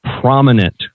prominent